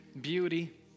beauty